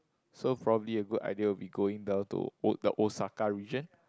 so probably a good idea will be going down to O~ the Osaka region